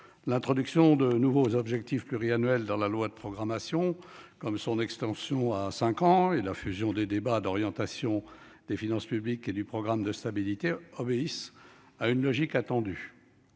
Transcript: l'introduction de nouveaux objectifs pluriannuels dans la loi de programmation, ainsi que son extension à cinq ans et la fusion des débats d'orientation des finances publiques et sur le programme de stabilité, obéit à une logique attendue.